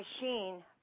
machine